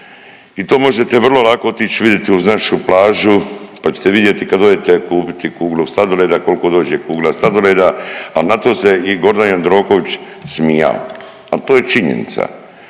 i to možete vrlo lako otić uz našu plažu pa ćete vidjeti kad odete kupiti kuglu sladoleda koliko dođe kugla sladoleda, a na to se i Gordan Jandroković smijao, al to je činjenica.